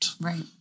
right